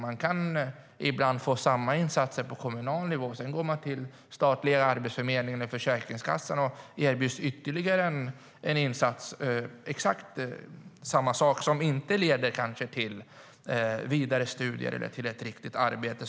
Ibland kan de arbetslösa få insatser på kommunal nivå, och när de sedan går till statliga Arbetsförmedlingen eller Försäkringskassan erbjuds de exakt samma insats, som kanske inte leder till vidare studier eller till ett riktigt arbete.